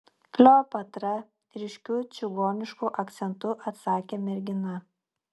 kleopatra ryškiu čigonišku akcentu atsakė mergina